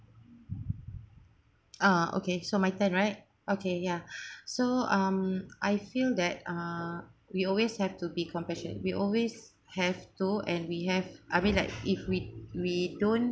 uh okay so my turn right okay ya so um I feel that uh we always have to be compassion we always have to and we have I mean like if we we don't